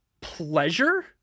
pleasure